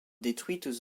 détruites